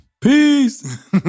Peace